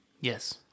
Yes